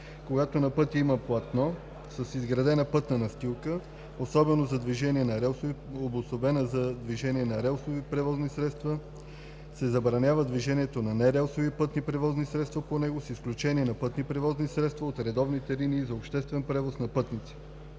Когато на пътя има платно, с изградена пътна настилка, обособено за движение на релсови превозни средства, се забранява движението на нерелсови пътни превозни средства по него, с изключение на пътни превозни средства от редовните линии за обществен превоз на пътници.“